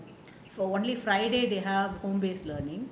so only friday they have home based learning